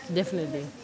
definitely